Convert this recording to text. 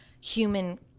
human